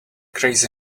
crazy